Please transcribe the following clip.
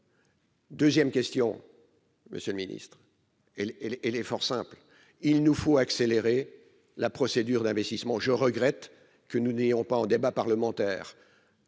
2ème question Monsieur le Ministre, elle est, elle est, elle est fort simple : il nous faut accélérer la procédure d'investissement, je regrette que nous n'ayons pas au débat parlementaire,